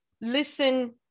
listen